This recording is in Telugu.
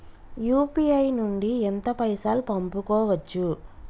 యూ.పీ.ఐ నుండి ఎంత పైసల్ పంపుకోవచ్చు?